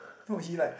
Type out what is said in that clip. no he like